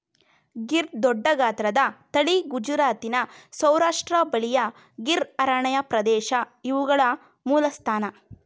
ಗೀರ್ ದೊಡ್ಡಗಾತ್ರದ ತಳಿ ಗುಜರಾತಿನ ಸೌರಾಷ್ಟ್ರ ಬಳಿಯ ಗೀರ್ ಅರಣ್ಯಪ್ರದೇಶ ಇವುಗಳ ಮೂಲಸ್ಥಾನ